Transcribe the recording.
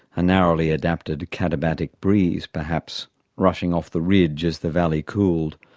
a narrowly adapted katabatic breeze perhaps rushing off the ridge as the valley cooled.